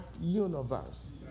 universe